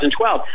2012